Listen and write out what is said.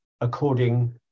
according